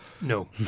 No